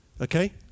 Okay